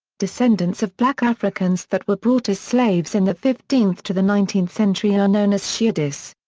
descendents of black africans that were brought as slaves in the fifteenth to the nineteenth century are known as sheedis.